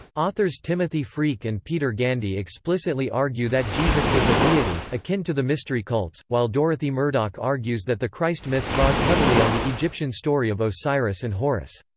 authors timothy freke and peter gandy explicitly argue that jesus was a deity, akin to the mystery cults, while dorothy murdock argues that the christ myth draws heavily on the egyptian story of osiris and horus.